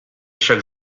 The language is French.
chaque